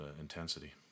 intensity